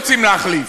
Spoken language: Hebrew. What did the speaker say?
מחבלים צריך להרוג.